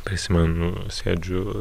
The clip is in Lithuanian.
prisimenu sėdžiu